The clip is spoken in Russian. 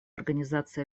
организации